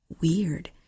weird